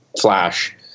Flash